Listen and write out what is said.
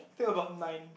take about nine